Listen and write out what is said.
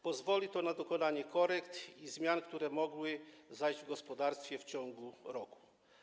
Pozwoli to na uwzględnienie korekt i zmian, które mogły zajść w gospodarstwie w ciągu roku.